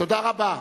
תודה רבה.